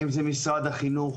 האם זה משרד החינוך,